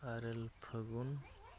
ᱤᱨᱟᱹᱞ ᱯᱷᱟᱹᱜᱩᱱ